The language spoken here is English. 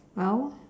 well